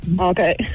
Okay